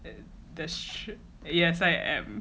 that's true yes I am